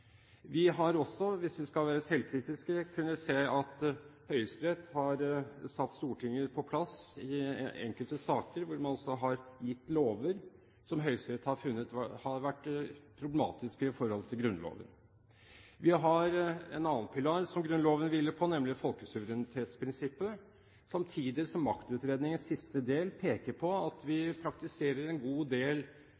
Vi har også, hvis vi skal være selvkritiske, kunnet se at Høyesterett har satt Stortinget på plass i enkelte saker hvor man har gitt lover som Høyesterett har funnet har vært problematiske sett i forhold til Grunnloven. Vi har en annen pilar som Grunnloven hviler på, nemlig folkesuverenitetsprinsippet, samtidig som Maktutredningens siste del peker på at vi